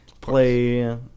play